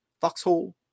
foxhole